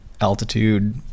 altitude